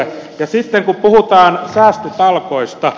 sitten kun puhutaan säästötalkoista